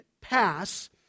pass